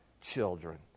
children